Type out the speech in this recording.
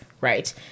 right